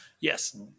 yes